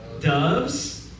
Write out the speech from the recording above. doves